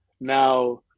now